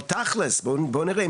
אבל תכלס בוא נראה,